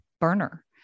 burner